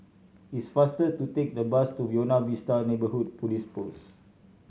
it is faster to take the bus to Buona Vista Neighbourhood Police Post